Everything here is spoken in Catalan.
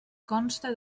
consta